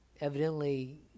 evidently